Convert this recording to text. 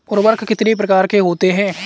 उर्वरक कितने प्रकार के होते हैं?